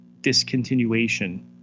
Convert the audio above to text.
discontinuation